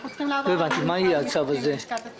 אנחנו צריכים לעבור עליו עם לשכת השר.